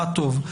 מה טוב,